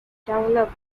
developed